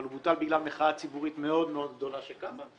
אבל הוא בוטל בגלל מחאה ציבורית מאוד מאוד גדולה שקמה,